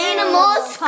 Animals